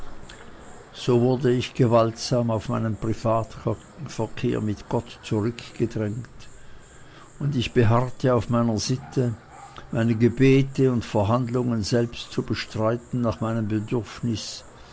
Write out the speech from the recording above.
so wurde ich gewaltsam auf meinen privatverkehr mit gott zurückgedrängt und ich beharrte auf meiner sitte meine gebete und verhandlungen selbst zu bestreiten nach meinem bedürfnisse